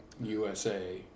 USA